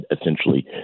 essentially